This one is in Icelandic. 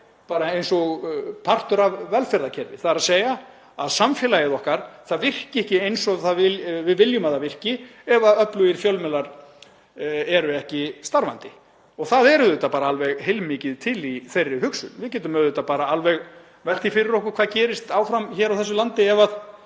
bara eins og partur af velferðarkerfi, þ.e. að samfélagið okkar virki ekki eins og við viljum að það virki ef öflugir fjölmiðlar eru ekki starfandi. Það er auðvitað bara alveg heilmikið til í þeirri hugsun. Við getum alveg velt því fyrir okkur hvað gerist áfram hér á þessu landi ef